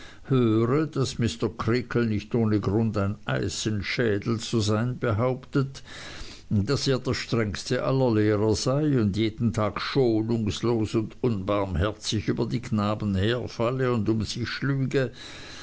höre daß mr creakle nicht ohne grund ein eisenschädel zu sein behauptet daß er der strengste aller lehrer sei und jeden tag schonungslos und unbarmherzig über die knaben herfalle und um sich schlüge